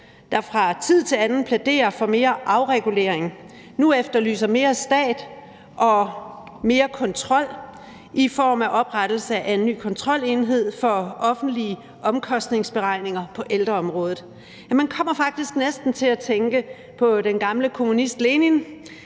der fra tid til anden plæderer for mere afregulering, nu efterlyser mere stat og mere kontrol i form af oprettelse af en ny kontrolenhed for offentlige omkostningsberegninger på ældreområdet. Ja, man kommer faktisk næsten til at tænke på den gamle kommunist Lenin,